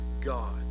God